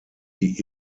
die